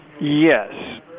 Yes